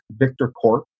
victorcorp